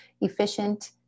efficient